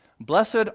Blessed